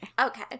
Okay